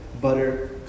butter